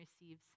receives